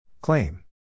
Claim